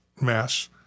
mass